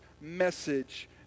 message